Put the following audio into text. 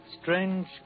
Strange